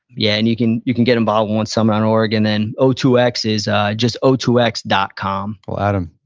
yeah, and you can you can get involved in one summit on org, and then o two x is just o two x dot com well adam,